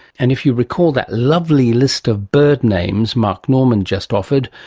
and if you recall that lovely list of bird names mark norman just offered,